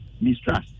mistrust